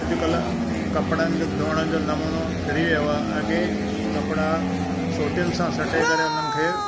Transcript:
अॼुकल्ह कपिड़नि धुअण जो नमूनो फिरी वियो आहे अॻे कपिड़ा सोटियुनि सां सटे करे उन्हनि खे